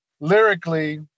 lyrically